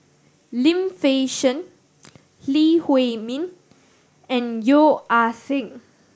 Lim Fei Shen Lee Huei Min and Yeo Ah Seng